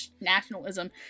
nationalism